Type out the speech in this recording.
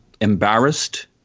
embarrassed